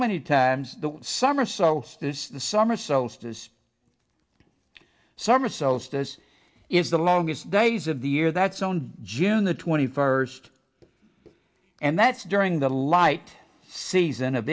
many times the summer so the summer solstice summer solstice is the longest days of the year that's on june the twenty first and that's during the light season of